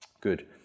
good